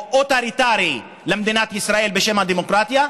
אוטוריטרי למדינת ישראל בשם הדמוקרטיה,